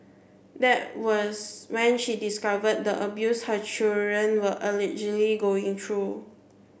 that was when she discovered the abuse her children were allegedly going through